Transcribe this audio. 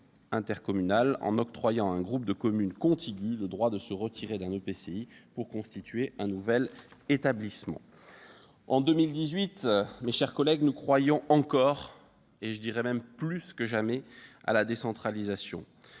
en octroyant à un groupe de communes contiguës le droit de se retirer d'un EPCI pour constituer un nouvel établissement. Mes chers collègues, en 2018, nous croyons encore- même plus que jamais -à la décentralisation,